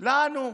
לנו.